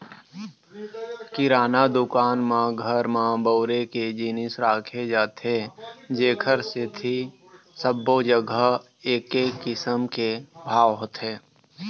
किराना दुकान म घर म बउरे के जिनिस राखे जाथे जेखर सेती सब्बो जघा एके किसम के भाव होथे